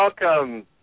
Welcome